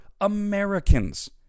Americans